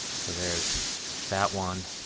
so there's that one.